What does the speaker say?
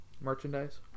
merchandise